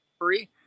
free